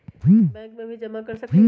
Bank में भी जमा कर सकलीहल?